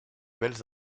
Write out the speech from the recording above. belles